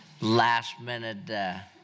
last-minute